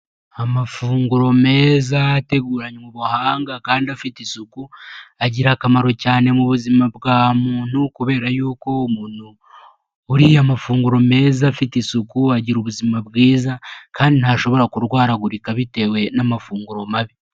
Amafunguro meza ateguranywe ubuhanga kandi afite isuku agira akamaro cyane mu buzima bwa muntu kubera yuko umuntu uriye amafunguro meza afite isuku agira ubuzima bwiza kandi ntashobora kurwaragurika bitewe n'amafunguro mabi.